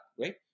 right